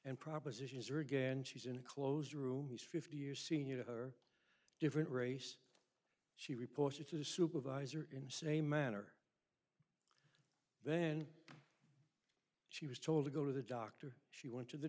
and propositions are again she's in a closed room he's fifty years senior to her different race she reported to the supervisor in the same manner then she was told to go to the doctor she went to the